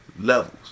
Levels